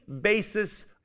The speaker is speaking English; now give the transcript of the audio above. basis